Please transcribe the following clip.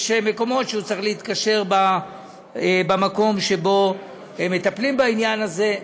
יש מקומות שהוא צריך להתקשר אליהם שבהם מטפלים בעניין הזה,